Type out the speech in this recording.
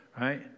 right